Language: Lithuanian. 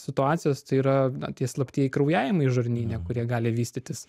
situacijos tai yra na tie slaptieji kraujavimai žarnyne kurie gali vystytis